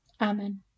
amen